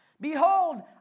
Behold